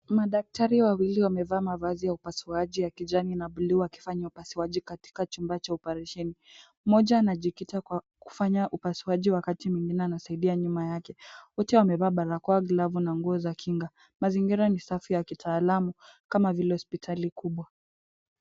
Madaktari wawili wamevaa mavazi ya upasuaji ya kijani na buluu wakifanya upasuaji katika chumba cha oparesheni. Mmoja anajikita kufanya upasuaji wakati mwingine anasaidia nyuma yake. Wote wamevaa barakoa, glavu na nguo za kinga. Mazingira ni safi ya kitaalamu kama vile hospitali kubwa.